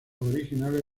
originales